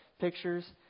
pictures